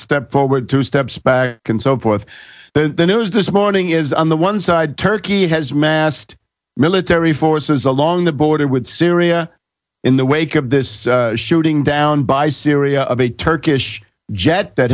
step forward two steps back can so forth the news this morning is on the one side turkey has massed military forces along the border with syria in the wake of this shooting down by syria of a turkish jet that